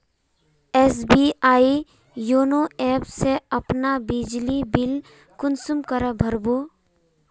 SBI YONO app से अपना बिजली बिल कुंसम करे भर बो?